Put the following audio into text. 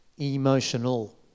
emotional